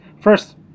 First